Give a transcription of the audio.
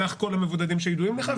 סך כל המבודדים שידועים לך,